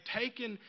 taken